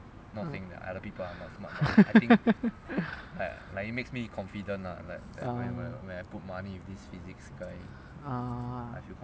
mm ah ah